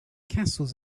castles